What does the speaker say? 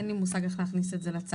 אין לי מושג איך להכניס את זה לצו.